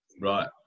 Right